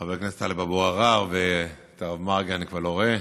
חבר הכנסת טלב אבו עראר, את מרגי אני כבר לא רואה,